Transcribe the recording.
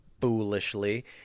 foolishly